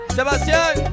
Sebastian